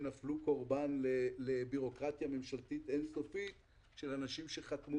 נפלו קורבן לבירוקרטיה ממשלתית אין סופית של אנשים שחתמו